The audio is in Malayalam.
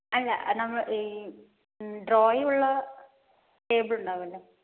അല്ല നമ്മൾ ഈ ഡ്രോ ഉള്ള ടേബിൾ ഉണ്ടാവുമല്ലോ